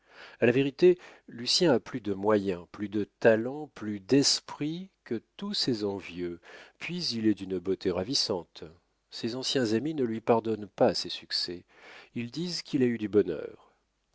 la vérité lucien a plus de moyens plus de talent plus d'esprit que tous ses envieux puis il est d'une beauté ravissante ses anciens amis ne lui pardonnent pas ses succès ils disent qu'il a eu du bonheur